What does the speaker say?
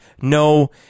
no